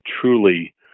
truly